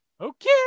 Okay